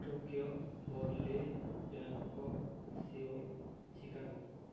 Tokyo Berlin Bangkok Seoul Chicago